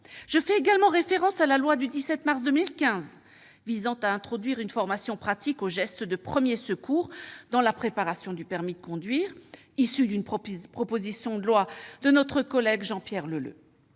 Je fais également référence à la loi du 17 mars 2015 visant à introduire une formation pratique aux gestes de premiers secours dans la préparation du permis de conduire, qui est issue d'une proposition de loi de notre collègue Jean-Pierre Leleux.